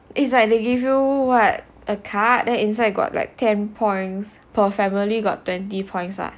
is like they give you what a card then inside got like ten points per family got twenty points ah